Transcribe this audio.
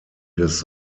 des